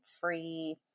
free